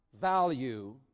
value